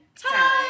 Time